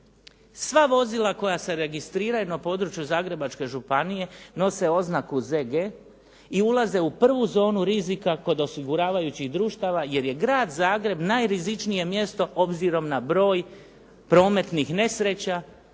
Sva vozila koja se registriraju na području Zagrebačke županije nose ZG i ulaze u prvu zonu rizika kod osiguravajućih društava, jer je Grad Zagreb najrizičnije mjesto obzirom na broj prometnih nesreća